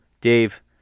Dave